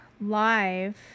live